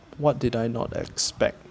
what did I not expect